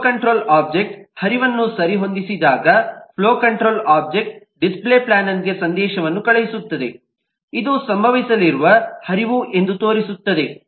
flow control object ಹರಿವನ್ನು ಸರಿಹೊಂದಿಸಿದಾಗ flow control object display ಪ್ಯಾನಲ್ಗೆ ಸಂದೇಶವನ್ನು ಕಳುಹಿಸುತ್ತದೆ ಇದು ಸಂಭವಿಸಲಿರುವ ಹರಿವು ಎಂದು ತೋರಿಸುತ್ತದೆ